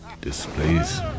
displays